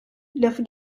lafı